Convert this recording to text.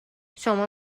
شما